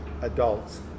adults